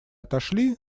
отошли